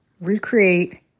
recreate